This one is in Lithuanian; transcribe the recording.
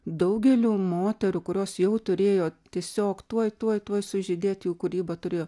daugelio moterų kurios jau turėjo tiesiog tuoj tuoj tuoj sužydėt jų kūryba turėjo